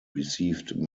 received